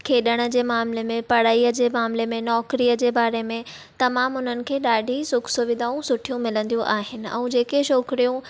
खेॾणु जे मामले में पढ़ाईअ जे मामले में नौकरीअ जे बारे में तमामु उन्हनि खे ॾाढी सुख सुविधाऊं सुठियूं मिलंदियूं आहिनि ऐं जेके छोकिरियूं